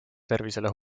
tervisele